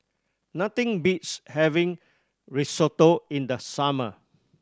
nothing beats having Risotto in the summer